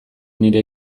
nire